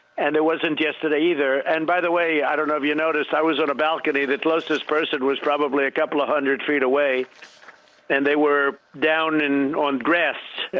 and it wasn't yesterday either. and by the way, i don't know if you noticed i was on a balcony. the closest person was probably a couple of hundred feet away and they were down and on grass.